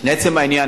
לעצם העניין,